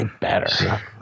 better